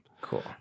cool